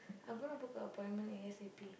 I'm gonna book appointment A_S_A_P